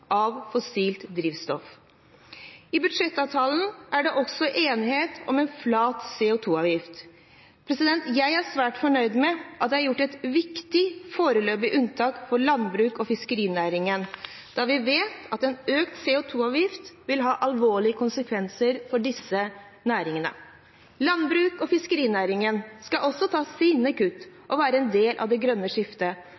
av fossilt drivstoff. I budsjettavtalen er det også enighet om en flat CO 2 -avgift. Jeg er svært fornøyd med at det er gjort et viktig foreløpig unntak for landbruks- og fiskerinæringen, da vi vet at en økt CO 2 -avgift vil ha alvorlige konsekvenser for disse næringene. Landbruks- og fiskerinæringen skal også ta sine